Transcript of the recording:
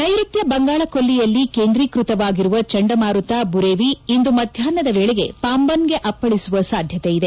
ನೈಋತ್ವ ಬಂಗಾಳಕೊಲ್ಲಿಯಲ್ಲಿ ಕೇಂದ್ರೀಕೃತವಾಗಿರುವ ಚಂಡಮಾರುತ ಬುರೆವಿ ಇಂದು ಮಧ್ಯಾಷ್ನದ ವೇಳೆಗೆ ಪಾಂಬನ್ಗೆ ಅಪ್ಪಳಿಸುವ ಸಾಧ್ಯತೆ ಇದೆ